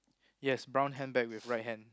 yes brown handbag with right hand